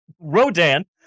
Rodan